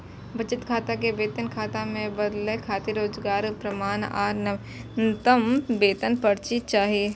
बचत खाता कें वेतन खाता मे बदलै खातिर रोजगारक प्रमाण आ नवीनतम वेतन पर्ची चाही